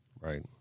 Right